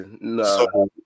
no